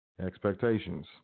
expectations